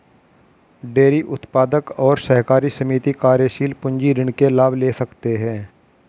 dairy उत्पादक और सहकारी समिति कार्यशील पूंजी ऋण के लाभ ले सकते है